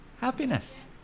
happiness